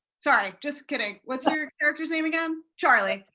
sorry just kidding. what's your character's name again? charlie,